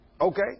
Okay